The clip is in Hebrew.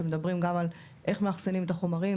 שמדברים גם על איך מאחסנים את החומרים,